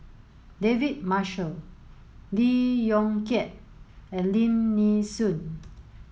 David Marshall Lee Yong Kiat and Lim Nee Soon